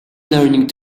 learning